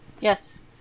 Yes